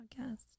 podcast